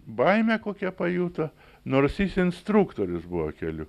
baimę kokią pajuto nors jis instruktorius buvo kelių